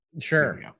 sure